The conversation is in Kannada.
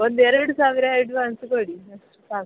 ಒಂದೆರಡು ಸಾವಿರ ಎಡ್ವಾನ್ಸ್ ಕೊಡಿ ಅಷ್ಟು ಸಾಕು